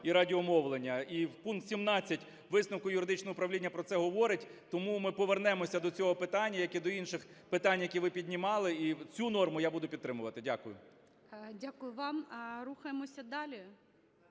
і радіомовлення". І пункт 17 висновку юридичного управління про це говорить. Тому ми повернемося до цього питання, як і до інших питань, які ви піднімали, і цю норму я буду підтримувати. Дякую. ГОЛОВУЮЧИЙ. Дякую вам. Рухаємося далі?